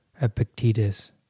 Epictetus